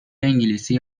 انگلیسی